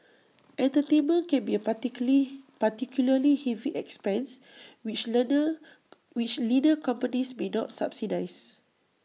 entertainment can be A party curly particularly heavy expense which learner which leaner companies may not subsidise